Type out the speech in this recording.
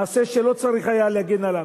מעשה שלא צריך היה להגן עליו.